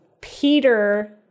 Peter